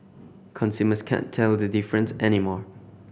consumers can't tell the difference anymore